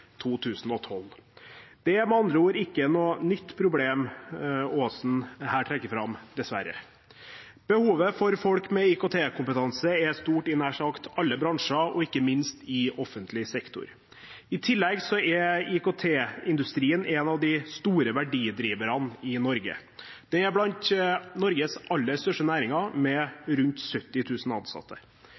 2012. Det er med andre ord ikke noe nytt problem Aasen her trekker fram, dessverre. Behovet for folk med IKT-kompetanse er stort i nær sagt alle bransjer, og ikke minst i offentlig sektor. I tillegg er IKT-industrien en av de store verdidriverne i Norge. Den er blant Norges aller største næringer, med rundt 70 000 ansatte.